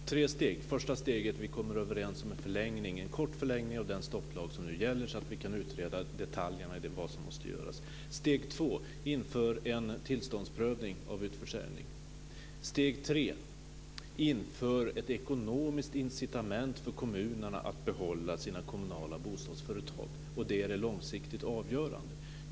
Herr talman! Det är fråga om tre steg. Det första steget är att vi kommer överens om en kort förlängning av den stopplag som nu gäller så att vi kan utreda detaljerna i de val som måste göras. Steg två är att införa en tillståndsprövning av utförsäljning. Steg tre är att införa ett ekonomiskt incitament för kommunerna att behålla sina kommunala bostadsföretag. Det är det långsiktigt avgörande.